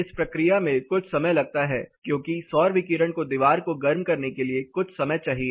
इस प्रक्रिया में कुछ समय लगता है क्योंकि सौर विकिरण को दीवार को गर्म करने के लिए कुछ समय चाहिए